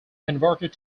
converted